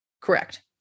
Correct